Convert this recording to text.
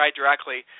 directly